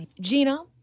Gina